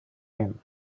him